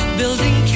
building